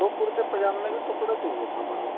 وہ کرتے پاجامے کے کپڑے چاہیے تھا مجھے